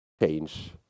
change